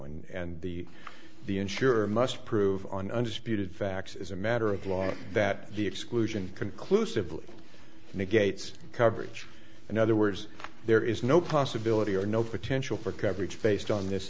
know and the the insurer must prove on under spewed facts as a matter of law that the exclusion conclusively negates coverage in other words there is no possibility or no potential for coverage based on this